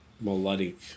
melodic